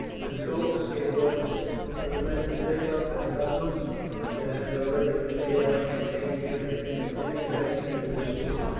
that scopus gave orders for the men to take up the bundles that had already been made up, containing everything of any value in the school.